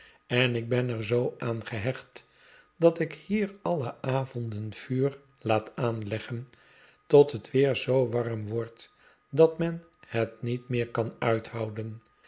en ik ben er zoo aan gehecht dat ik hier alle avonden vuur laat aanleggen tot het weer zoo warm wordt dat men het niet meer kan uithouden